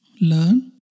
learn